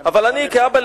אבל אני כאבא,